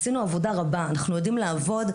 עשינו עבודה רבה, אנחנו יודעים לעבוד.